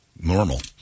normal